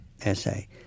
essay